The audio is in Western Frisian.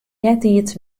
eartiids